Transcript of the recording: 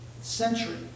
century